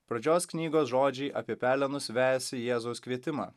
pradžios knygos žodžiai apie pelenus vejasi jėzaus kvietimą